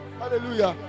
hallelujah